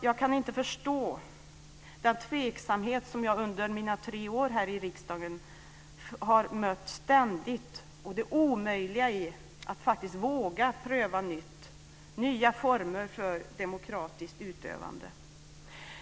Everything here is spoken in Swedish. Jag kan inte förstå den tveksamhet som jag under mina tre år i riksdagen ständigt har mött och det omöjliga i att faktiskt våga pröva nya former för demokratiskt utövande.